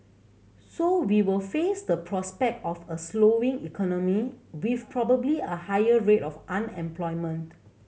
so we will face the prospect of a slowing economy with probably a higher rate of unemployment